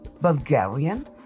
Bulgarian